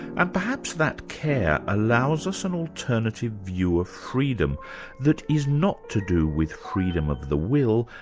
and perhaps that care allows us an alternative view of freedom that is not to do with freedom of the will,